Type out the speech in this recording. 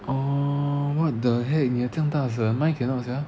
oh what the heck 你的这样大声 mine cannot sia